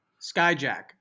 Skyjack